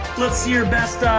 what's your best, ah,